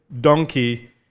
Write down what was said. donkey